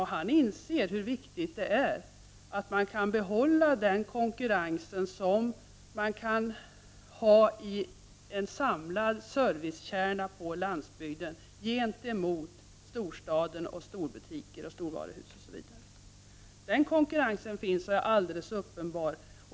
Och han inser hur viktigt det är att den konkurrens behålls som en samlad servicekärna på landsbygden utgör gentemot storstaden, storbutiker och storvaruhus, osv. Denna konkurrens finns och är alldeles uppenbar.